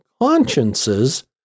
consciences